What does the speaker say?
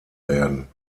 werden